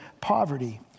poverty